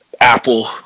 Apple